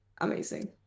amazing